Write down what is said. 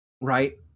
right